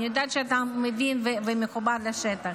אני יודעת שאתה מבין ומחובר לשטח.